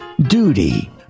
duty